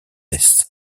metz